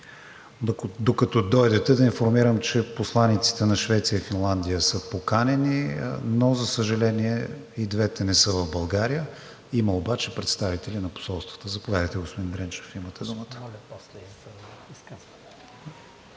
Докато дойдете, да информирам, че посланиците на Швеция и Финландия са поканени, но за съжаление, и двете не са в България, има обаче представители на посолствата. Господин Дренчев, имате думата.